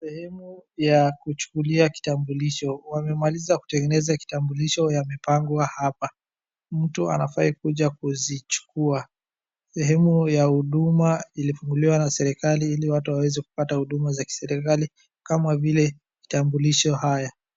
Sehemu ya kuchukulia kitambulisho. Wamemaliza kutegeneza kitambulisho yamepangwa hapa. Mtu anafaa kuja kuzichukua. Sehemu ya huduma ilitolewa na serikali ili watu waweze kupata huduma za kiserikali kama vile kitambulisho haya.